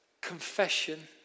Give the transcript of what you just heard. confession